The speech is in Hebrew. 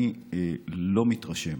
אני לא מתרשם